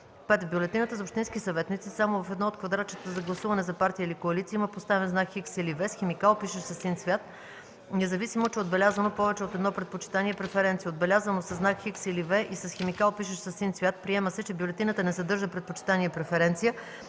5. в бюлетината за общински съветници само в едно от квадратчетата за гласуване за партия или коалиция има поставен знак „Х” или „V” с химикал, пишещ със син цвят, независимо че е отбелязано повече от едно предпочитание (преференция), отбелязано със знак „Х” или „V” и с химикал, пишещ със син цвят - приема се, че бюлетината не съдържа предпочитание (преференция)